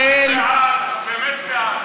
נחמן, אנחנו בעד, באמת בעד,